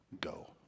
go